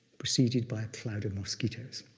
preceded by a cloud of mosquitoes.